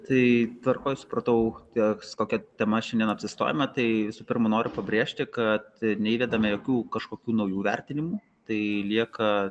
tai tvarkoje supratau teks kokia tema šiandien apsistojome tai visų pirma noriu pabrėžti kad neįvedame jokių kažkokių naujų vertinimų tai lieka